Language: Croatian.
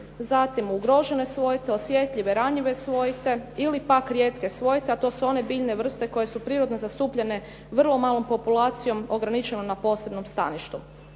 zatim ugrožene svojte, osjetljive, ranjive svojte ili pak rijetke svojte a to su one biljne vrste koje su prirodno zastupljene vrlo malom populacijom ograničenom na posebnom staništu.